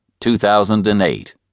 2008